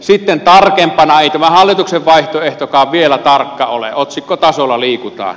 ei tämä hallituksen vaihtoehtokaan vielä tarkka ole otsikkotasolla liikutaan